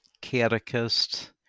catechist